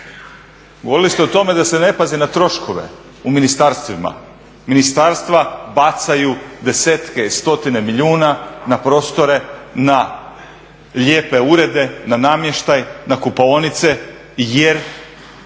Govorili ste o tome da se na pazi na troškove u ministarstvima, ministarstva bacaju desetke i stotine milijuna na prostore, na lijepe urede, na namještaj, na kupaonice jer